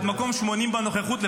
-- את מקום 80 בנוכחות.